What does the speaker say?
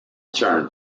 turned